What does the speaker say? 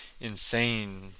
insane